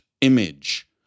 image